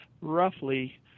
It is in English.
roughly